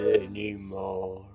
anymore